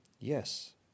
Yes